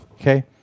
okay